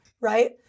right